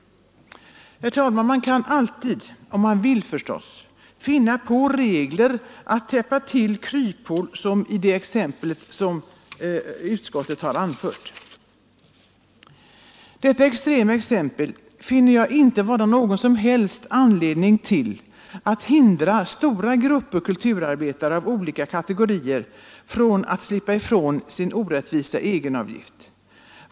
Herr talman, man kan alltid — om man vill förstås — hitta regler för att täppa till bl.a. sådana kryphål som finns i det exempel utskottet har anfört. Detta extrema exempel anser jag inte vara någon som helst anledning till att förhindra att stora grupper kulturarbetare av olika kategorier slipper sin orättvisa egenavgift.